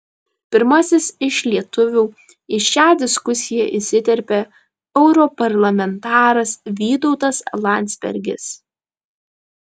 pirmasis iš lietuvių į šią diskusiją įsiterpė europarlamentaras vytautas landsbergis